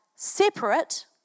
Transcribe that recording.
Separate